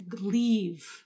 leave